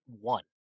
one